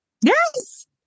Yes